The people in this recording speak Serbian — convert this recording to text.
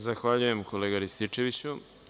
Zahvaljujem kolega Rističeviću.